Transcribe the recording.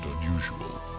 unusual